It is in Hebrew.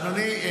אדוני,